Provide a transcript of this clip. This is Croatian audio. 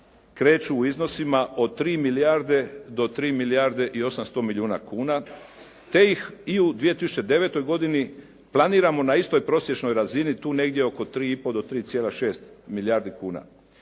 kreću u iznosima od 3 milijarde do 3 milijarde i 800 milijuna kuna te ih i u 2009. godini planiramo na istoj prosječnoj razini tu negdje oko 3 i po do 3,6 milijardi kuna.